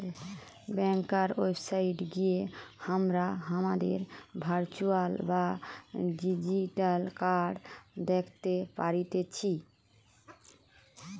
ব্যাংকার website গিয়ে হামরা হামাদের ভার্চুয়াল বা ডিজিটাল কার্ড দ্যাখতে পারতেছি